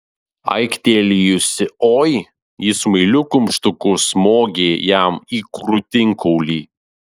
aiktelėjusi oi ji smailiu kumštuku smogė jam į krūtinkaulį